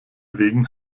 wegen